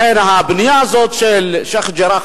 לכן הבנייה הזאת בשיח'-ג'ראח,